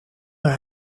naar